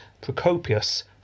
Procopius